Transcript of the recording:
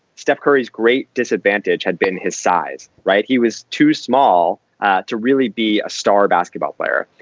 steph curry is great. disadvantage had been his size. right. he was too small to really be a star basketball player.